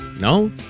No